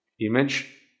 image